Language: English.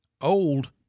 old